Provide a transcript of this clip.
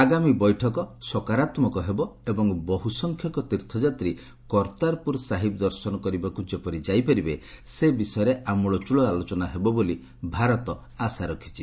ଆଗାମୀ ବୈଠକ ସକାରାତ୍ମକ ହେବ ଏବଂ ବହ୍ର ସଂଖ୍ୟକ ତୀର୍ଥଯାତ୍ରୀ କର୍ତ୍ତାରପ୍ରର ସାହିବ୍ ଦର୍ଶନ କରିବାକୁ ଯେପରି ଯାଇ ପାରିବେ ସେ ବିଷୟରେ ଆମ୍ବଳ ଚୂଳ ଆଲୋଚନା ହେବ ବୋଲି ଭାରତ ଆଶା କରୁଛି